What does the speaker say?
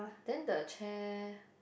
then the chair